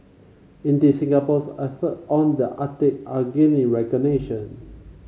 indeed Singapore's effort on the Arctic are gaining recognition